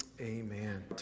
amen